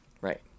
Right